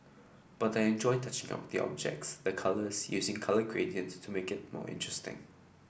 but I enjoy touching up the objects the colours using colour gradients to make it more interesting